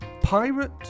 Pirate